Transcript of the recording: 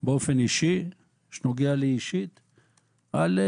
באופן אישי שנוגע לי אישית על,